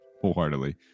wholeheartedly